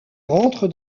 rentre